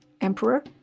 Emperor